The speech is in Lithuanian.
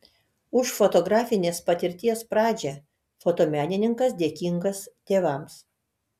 už fotografinės patirties pradžią fotomenininkas dėkingas tėvams